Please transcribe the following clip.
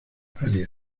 arias